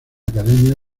academia